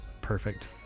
Perfect